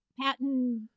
Patent